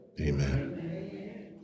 amen